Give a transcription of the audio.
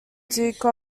duke